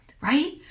right